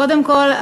קודם כול,